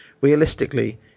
Realistically